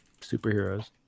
superheroes